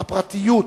לפרטיות,